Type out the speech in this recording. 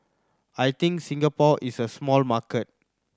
I think Singapore is a small market